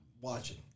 watching